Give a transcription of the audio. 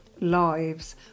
lives